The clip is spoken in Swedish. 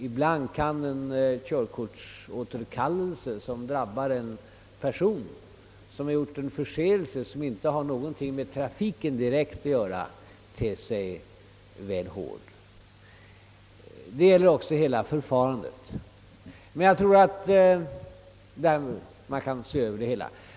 Ibland kan en körkortsåterkallelse, t.ex. om den drabbar en person som gjorts sig skyldig till en förseelse som inte har direkt samband med trafiken, te sig väl hård. Hela förfarandet i sådana ärenden bör alltså ses över.